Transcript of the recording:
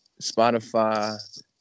Spotify